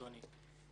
אדוני.